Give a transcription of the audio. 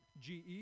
GE